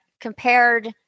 compared